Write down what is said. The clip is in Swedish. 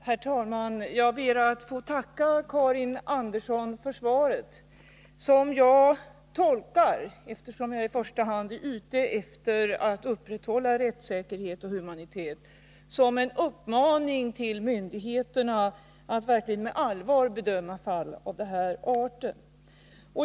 Herr talman! Jag ber att få tacka Karin Andersson för svaret, som jag — eftersom jag i första hand är ute efter att upprätthålla rättssäkerhet och humanitet — tolkar som en uppmaning till myndigheterna att verkligen med allvar bedöma fall av den här arten.